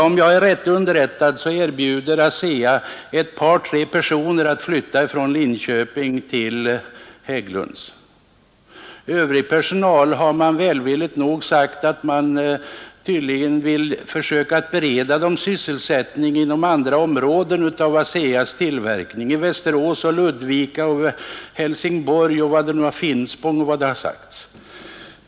Om jag är rätt underrättad erbjuder ASEA ett par tre personer att flytta från Linköping till Hägglunds i Örnsköldsvik. Övrig personal har man välvilligt sagt sig vilja försöka bereda sysselsättning inom andra områden av ASEA:s tillverkning, i Västerås, Ludvika, Helsingborg, Finspång osv.